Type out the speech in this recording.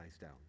down